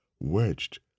wedged